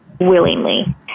willingly